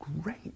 great